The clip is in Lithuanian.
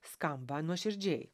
skamba nuoširdžiai